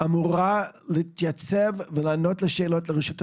אמורה להתייצב ולענות לשאלות לרשות המחוקקת,